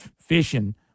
fishing